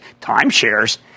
timeshares